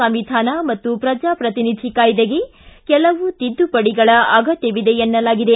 ಸಂವಿಧಾನ ಮತ್ತು ಪ್ರಜಾಪ್ರತಿನಿಧಿ ಕಾಯ್ದೆಗೆ ಕೆಲವು ತಿದ್ದುಪಡಿಗಳ ಅಗತ್ಯ ಇದೆ ಎನ್ನಲಾಗಿದೆ